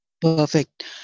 Perfect